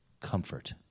Comfort